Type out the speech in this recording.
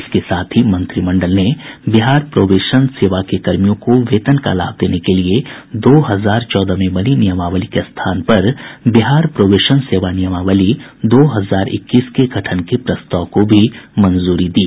इसके साथ ही मंत्रिमंडल ने बिहार प्रोबेशन सेवा के कर्मियों को वेतन का लाभ देने के लिए दो हजार चौदह में बनी नियमावली के स्थान पर बिहार प्रोबेशन सेवा नियमावली दो हजार इक्कीस के गठन के प्रस्ताव को भी मंजूरी दी